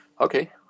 okay